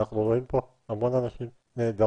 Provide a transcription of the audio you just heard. אנחנו רואים פה המון אנשים נהדרים,